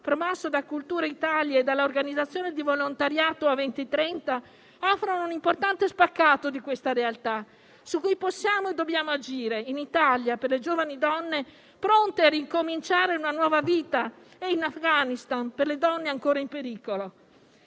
promosso da Cultura Italia e dall'organizzazione di volontariato A2030, offrono un importante spaccato di questa realtà, su cui possiamo e dobbiamo agire, in Italia, per le giovani donne pronte a ricominciare una nuova vita, e in Afghanistan, per le donne ancora in pericolo.